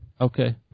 Okay